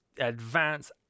advance